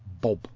Bob